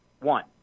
One